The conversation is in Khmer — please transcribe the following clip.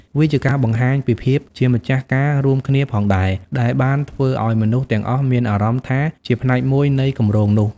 វាក៏ជាការបង្ហាញពីភាពជាម្ចាស់ការរួមគ្នាផងដែរ ដែលបានធ្វើឲ្យមនុស្សទាំងអស់មានអារម្មណ៍ថាជាផ្នែកមួយនៃគម្រោងនោះ។